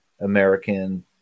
American